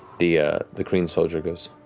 the ah the kryn soldier goes,